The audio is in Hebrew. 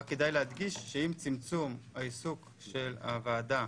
רק כדאי להדגיש שעם צמצום העיסוק של הוועדה,